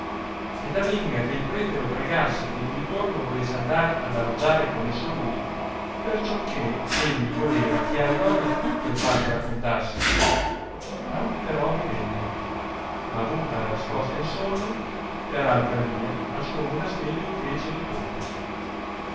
ed avenga che il prete lo pregasse che di ritorno volesse andar ad alloggiare con esso lui perciò che egli voleva che alla donna tutto il fatto raccontasse non però vi venne ma avuta la risposta in sonno per altra via al suo monasterio fece ritorno